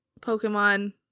Pokemon